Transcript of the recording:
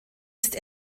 ist